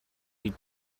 бид